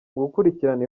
gukurikirana